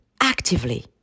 actively